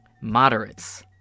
moderates